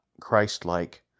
Christ-like